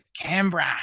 Canberra